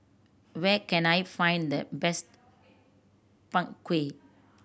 where can I find the best Png Kueh